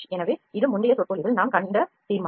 எனவே இது முந்தைய சொற்பொழிவில் நாம் கண்ட தீர்மானம்